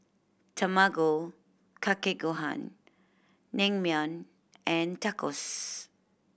Tamago Kake Gohan Naengmyeon and Tacos